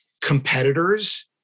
competitors